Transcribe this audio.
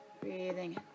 Breathing